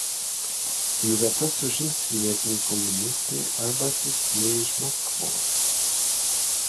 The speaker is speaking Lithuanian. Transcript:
jų vietas užims vietiniai komunistai arba atsiųstieji iš maskvos